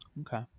okay